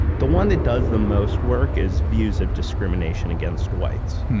the one that does the most work is views of discrimination against whites.